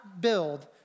build